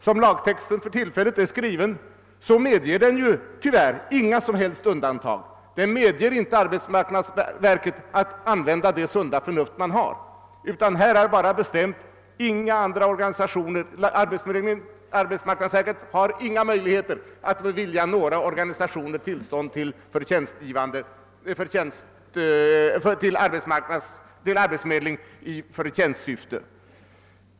Som lagtexten för tillfället är skriven medger den tyvärr inga som helst undantag. Den medger inte att arbetsmarknadsverket använder det sunda förnuft man har. Arbetsmarknadsverket har inga möjligheter att bevilja några organisationer tillstånd till arbetsförmedling i förtjänstsyfte.